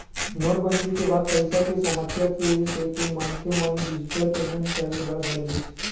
नोटबंदी के बाद पइसा के समस्या के सेती मनखे मन डिजिटल पेमेंट करे ल धरिस